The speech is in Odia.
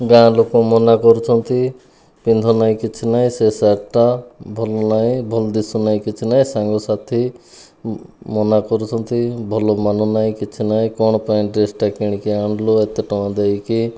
ଗାଁ ଲୋକ ମନା କରୁଛନ୍ତି ପିନ୍ଧନାହିଁ କିଛି ନାହିଁ ସେ ସାର୍ଟ ଟା ଭଲ ନାହିଁ ଭଲ ଦିଶୁନାହିଁ କିଛି ନାହିଁ ସାଙ୍ଗସାଥି ମନା କରୁଛନ୍ତି ଭଲ ମାନୁନାହିଁ କିଛି ନାହିଁ କ'ଣ ପାଇଁ ଡ୍ରେସ ଟା କିଣିକି ଆଣିଲୁ ଏତେ ଟଙ୍କା ଦେଇକି